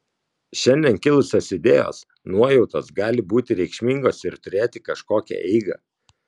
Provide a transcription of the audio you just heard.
šiandien kilusios idėjos nuojautos gali būti reikšmingos ir turėti kažkokią eigą